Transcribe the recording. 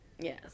Yes